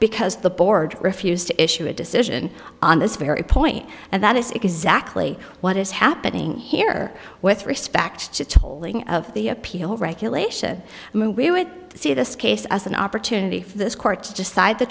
because the board refused to issue a decision on this very point and that is exactly what is happening here with respect to the appeal regulation and we would see this case as an opportunity for this court to decide t